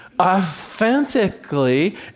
authentically